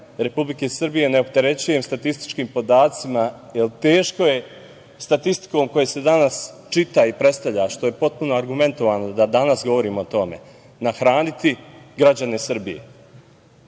Republike Srbije ne opterećujem statističkim podacima, jer teško je statistikom koja se danas čita i predstavlja, što je potpuno argumentovano da danas govorimo o tome, nahraniti građane Srbije,